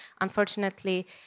unfortunately